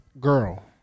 girl